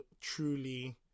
truly